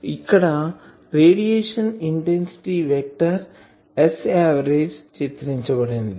ఇక్కడ radiation intensity vector Sav చిత్రించబడినది